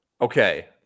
Okay